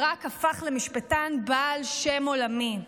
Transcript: ברק הפך למשפטן בעל שם עולמי.